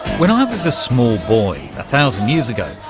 when i was a small boy, a thousand years ago,